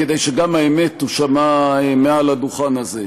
כדי שגם האמת תושמע מעל הדוכן הזה: